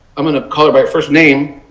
um and call by first name,